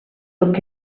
took